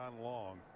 Long